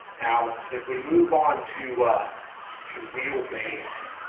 now, if we move on to to wheelbase.